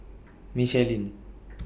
Michelin